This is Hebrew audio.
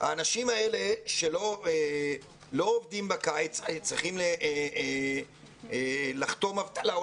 האנשים האלה שלא עובדים בקיץ צריכים לחתום אבטלה או